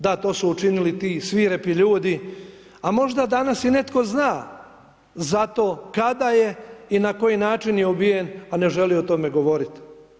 Da, to su učinili ti svirepi ljudi, a možda danas i netko zna za to kada je i na koji način je ubijen, a ne želi o tome govorit.